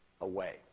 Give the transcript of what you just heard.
away